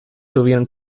tuvieron